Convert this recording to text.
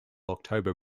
october